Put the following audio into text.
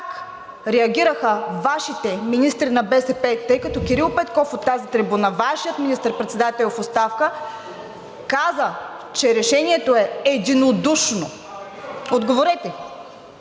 Как реагираха – Вашите министри на БСП, тъй като Кирил Петков от тази трибуна – Вашият министър-председател в оставка, каза, че решението е единодушно? Отговорете!